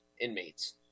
inmates